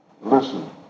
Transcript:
Listen